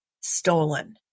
stolen